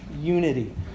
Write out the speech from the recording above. Unity